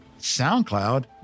SoundCloud